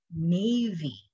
Navy